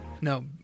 No